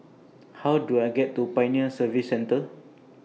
How Do I get to Pioneer Service Centre